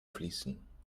fließen